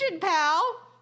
pal